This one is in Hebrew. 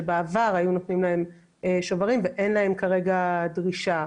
שבעבר היו נותנים להם שוברים ואין להם כרגע דרישה,